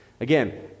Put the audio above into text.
Again